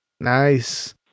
nice